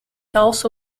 also